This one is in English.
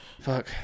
Fuck